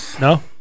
no